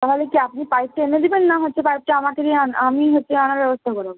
তাহলে কি আপনি পাইপটা এনে দিবেন না হচ্ছে পাইপটা আমাকে দিয়ে আমি হচ্ছে আনার ব্যবস্থা করাবো